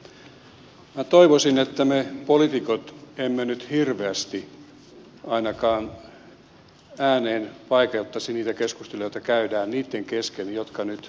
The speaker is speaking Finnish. minä toivoisin että me poliitikot emme nyt hirveästi ainakaan ääneen vaikeuttaisi niitä keskusteluita joita käydään niitten kesken jotka nyt telakka asioista neuvottelevat